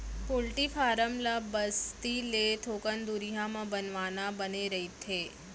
poultry farm ल बस्ती ले थोकन दुरिहा म बनवाना बने रहिथे